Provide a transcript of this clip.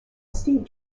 seed